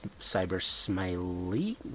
cybersmiley